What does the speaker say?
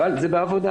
אבל זה בעבודה.